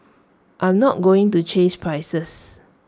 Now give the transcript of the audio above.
I'm not going to chase prices